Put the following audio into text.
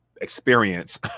experience